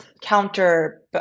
counter